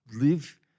live